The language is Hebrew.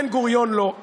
בן-גוריון לא,